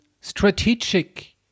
strategic